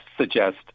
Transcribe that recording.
suggest